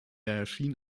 erschien